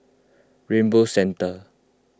Rainbow Centre